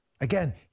Again